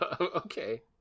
Okay